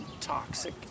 toxic